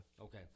Okay